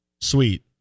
Sweet